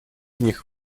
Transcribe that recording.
них